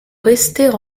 rester